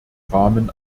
rahmen